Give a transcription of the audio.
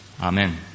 Amen